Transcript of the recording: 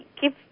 Give